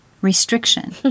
restriction